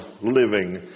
Living